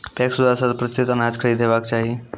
PACS द्वारा शत प्रतिसत अनाज खरीद हेवाक चाही?